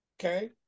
okay